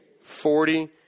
Forty